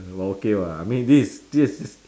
but okay what I mean this is this is